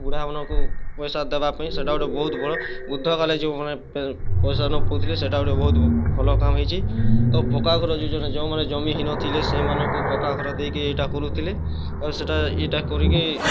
ବୁଢ଼ାମାନଙ୍କୁ ପଇସା ଦେବା ପାଇଁ ସେଟା ଗୋଟେ ବହୁତ୍ ବଡ଼୍ ବୃଦ୍ଧମାନେ ଯୋଉମାନେ ପଇସା ନ ପାଉଥିଲେ ସେଟା ଗୁଟେ ବହୁତ ଭଲ୍ କାମ୍ ହେଇଛି ଆଉ ପକ୍କା ଘର ଯୋଜନା ଯୋଉ ମାନେ ଜମିହୀନ ଥିଲେ ସେଇମାନଙ୍କୁ ପକ୍କା ଘର ଦେଇକି ଏଇଟା କରୁଥିଲେ ତା'ର୍ପରେ ସେଟା ଇ'ଟା କରିକି